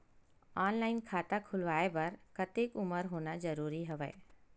Online खाता खुलवाय बर कतेक उमर होना जरूरी हवय?